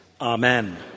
Amen